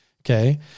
okay